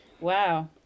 Wow